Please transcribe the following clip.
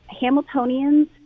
Hamiltonians